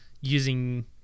using